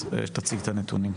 הכנסת, תציג את הנתונים,